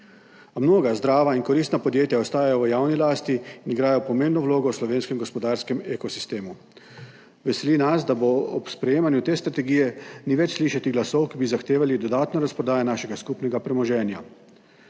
mnoga zdrava in koristna podjetja ostajajo v javni lasti in igrajo pomembno vlogo v slovenskem gospodarskem ekosistemu. Veseli nas, da bo ob sprejemanju te strategije ni več slišati glasov, ki bi zahtevali dodatno razprodajo našega skupnega premoženja.